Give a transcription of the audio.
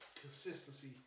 Consistency